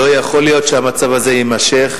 לא יכול להיות שהמצב הזה יימשך.